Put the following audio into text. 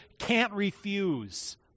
can't-refuse